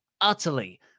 utterly